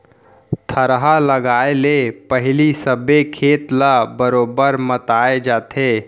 थरहा लगाए ले पहिली सबे खेत ल बरोबर मताए जाथे